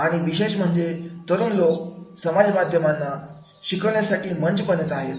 आणि विशेष म्हणजे तरुण लोक समाज माध्यमांना शिकण्याचा मंच बनवीत आहेत